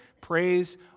Praise